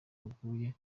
aguye